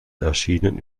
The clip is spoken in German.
erschienen